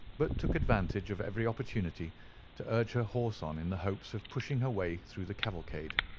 but took advantage of every opportunity to urge her horse on in the hopes of pushing her way through the cavalcade.